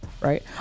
right